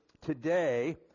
today